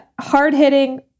Hard-hitting